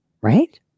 right